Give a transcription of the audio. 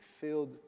filled